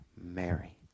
Mary